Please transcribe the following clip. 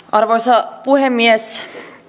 arvoisa puhemies